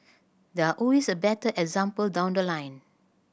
there are always a better example down the line